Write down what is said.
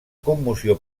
commoció